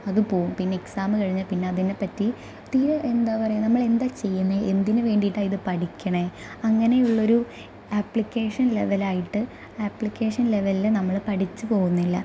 അത് പോവും പിന്നെ എക്സാം കഴിഞ്ഞാൽ അതിനെപ്പറ്റി തീരെ എന്താണ് പറയുക നമ്മൾ എന്താണ് ചെയ്യുന്നത് എന്തിന് വേണ്ടിയിട്ടാണ് ഇത് പഠിക്കുന്നത് അങ്ങനെ ഉള്ളൊരു ആപ്ലിക്കേഷൻ ലെവൽ ആയിട്ട് ആപ്ലിക്കേഷൻ ലെവലിൽ നമ്മൾ പഠിച്ച് പോകുന്നില്ല